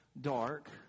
dark